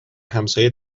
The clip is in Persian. همسایه